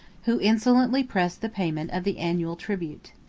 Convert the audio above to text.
who insolently pressed the payment of the annual tribute.